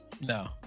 No